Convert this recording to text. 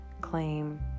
claim